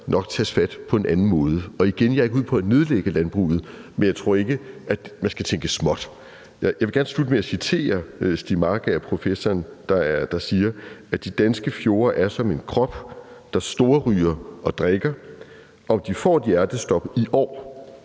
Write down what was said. nok at genoprette det. Og igen må jeg sige, at jeg ikke er ude på at nedlægge landbruget, men jeg tror ikke, at man skal tænke småt. Jeg vil gerne slutte med at citere Stiig Markager, altså professoren, der siger: De danske fjorde er som en krop, der storryger og drikker – om de får et hjertestop i år,